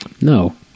No